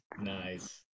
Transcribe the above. nice